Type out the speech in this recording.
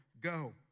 go